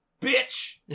Bitch